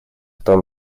том